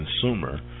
consumer